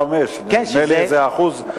8.5%, נדמה לי שזה אחוז מאוד מאוד משמעותי.